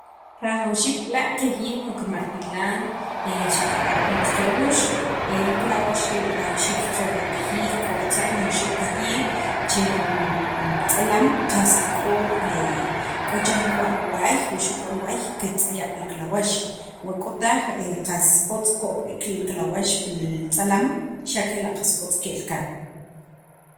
Rajawxiik b'la' qaqjiyij jun qamartilan xaqara' jun qaklawux, el k'awox rii' rajawxiik qajiyij che k'o ritza'm wuxu' qajiyij chel tz'alam qast k'or, k'o chiran k'o riwaay wuxu' k'o riwaay kitz'ayab' li klawax wo k'o taj qas otz ko'k b'iik li klawax pil tz'alam xa' kela' qas otz ke'l kaan.